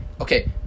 Okay